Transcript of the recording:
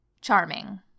Charming